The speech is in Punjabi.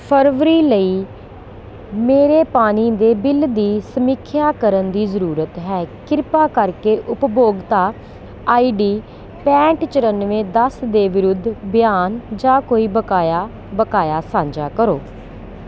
ਫਰਵਰੀ ਲਈ ਮੇਰੇ ਪਾਣੀ ਦੇ ਬਿੱਲ ਦੀ ਸਮੀਖਿਆ ਕਰਨ ਦੀ ਜ਼ਰੂਰਤ ਹੈ ਕਿਰਪਾ ਕਰਕੇ ਉਪਭੋਗਤਾ ਆਈ ਡੀ ਪੈਂਹਠ ਚੁਰਾਨਵੇਂ ਦਸ ਦੇ ਵਿਰੁੱਧ ਬਿਆਨ ਜਾਂ ਕੋਈ ਬਕਾਇਆ ਬਕਾਇਆ ਸਾਂਝਾ ਕਰੋ